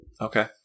Okay